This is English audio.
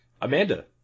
Amanda